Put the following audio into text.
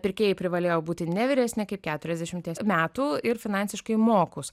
pirkėjai privalėjo būti ne vyresni kaip keturiasdešimties metų ir finansiškai mokūs